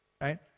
Right